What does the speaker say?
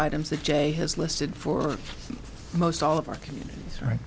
items that jay has listed for most all of our communities